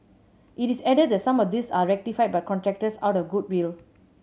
it is added that some of these are rectified by contractors out of goodwill